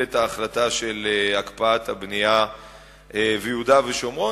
את ההחלטה של הקפאת הבנייה ביהודה ושומרון,